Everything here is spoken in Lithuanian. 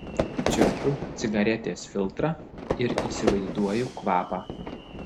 čiulpiu cigaretės filtrą ir įsivaizduoju kvapą